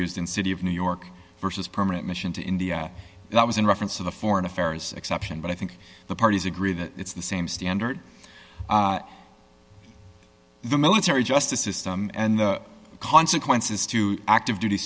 used in city of new york versus permanent mission to india that was in reference to the foreign affairs exception but i think the parties agree that it's the same standard the military justice system and the consequences to active duty